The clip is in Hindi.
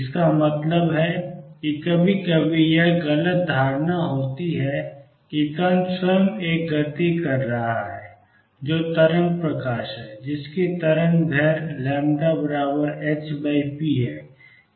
इसका मतलब है कि कभी कभी यह गलत धारणा होती है कि कण स्वयं एक गति कर रहा है जो तरंग प्रकाश है जिसकी तरंगदैर्ध्य λ hp है